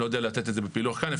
אני לא יודע לתת את זה בפילוח כאן.